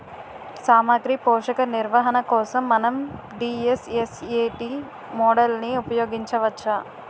సామాగ్రి పోషక నిర్వహణ కోసం మనం డి.ఎస్.ఎస్.ఎ.టీ మోడల్ని ఉపయోగించవచ్చా?